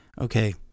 Okay